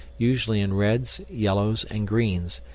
usually in reds, yellows, and greens,